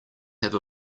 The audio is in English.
have